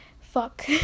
Fuck